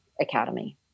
Academy